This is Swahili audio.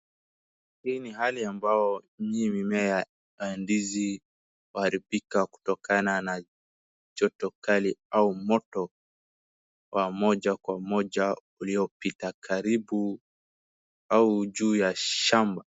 Hii ni hali ambayo mimea, ndizi huharibika kutokana na joto kali au moto wa moja kwa moja uliopita karibu au juu ya shamba.